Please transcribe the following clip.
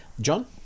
John